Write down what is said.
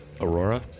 Aurora